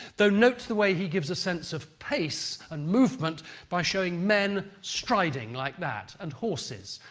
though note the way he gives a sense of pace and movement by showing men striding like that and horses,